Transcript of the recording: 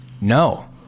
No